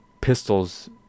pistols